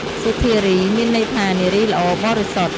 សុធារី មានន័យថានារីល្អបរិសុទ្ធ។